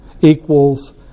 equals